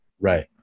Right